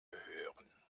hören